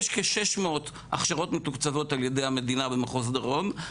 יש כ-600 הכשרות מתוקצבות על ידי המדינה במחוז דרום,